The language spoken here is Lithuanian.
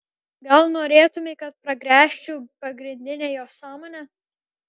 gal norėtumei kad pragręžčiau pagrindinę jo sąmonę